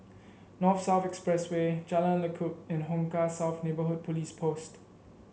North South Expressway Jalan Lekub and Hong Kah South Neighbourhood Police Post